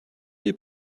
des